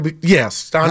Yes